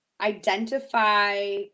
identify